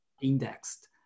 Indexed